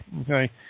okay